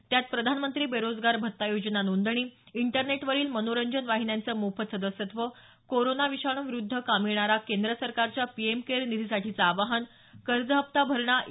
त्यात प्रधानमंत्री बेरोजगार भत्ता योजना नोंदणी इंटरनेटवरील मनोरंजन वाहिन्यांचं मोफत सदस्यत्व कोरोना विषाणू विरुध्द कामी येणारा केंद्र सरकारच्या पीएम केअर निधीसाठी आवाहन कर्ज हप्ता भरणा ई